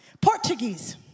Portuguese